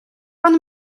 pan